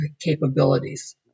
capabilities